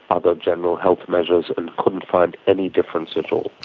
other general health measures and couldn't find any difference at all.